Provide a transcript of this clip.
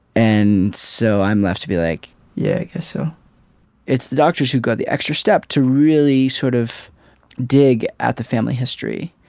and so i'm left to be like yeah. yeah so it's the doctors who go the extra step to really sort of dig at the family history.